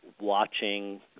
watching